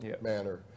Manner